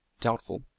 doubtful